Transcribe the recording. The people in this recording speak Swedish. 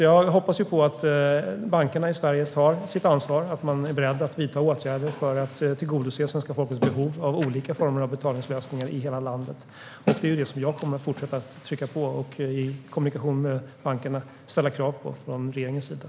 Jag hoppas att bankerna i Sverige tar sitt ansvar och är beredda att vidta åtgärder för att tillgodose svenska folkets behov av olika former av betalningslösningar i hela landet. Detta kommer jag att fortsätta att trycka på för och ställa krav på från regeringens sida i kommunikationen med bankerna.